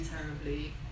terribly